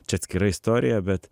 čia atskira istorija bet